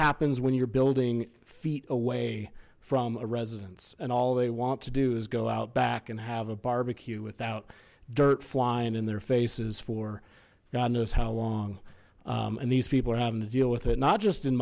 happens when you're building feet away from a residence and all they want to do is go out back and have a barbecue without dirt flying in their faces for god knows how long and these people are having to deal with it not just in